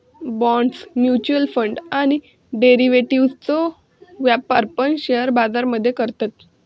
bonds, mutual fund आणि डेरिव्हेटिव्ह्जचो व्यापार पण शेअर बाजार मध्ये करतत